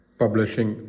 publishing